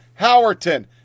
Howerton